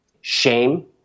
Shame